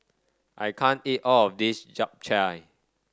I can't eat all of this Japchae